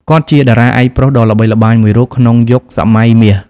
គាត់ជាតារាឯកប្រុសដ៏ល្បីល្បាញមួយរូបក្នុងយុគសម័យមាស។